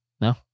No